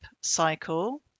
cycle